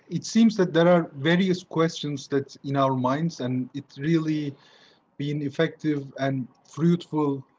it seems that there are various questions that in our minds and it's really been effective and fruitful